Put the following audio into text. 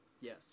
Yes